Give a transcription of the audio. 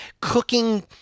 cooking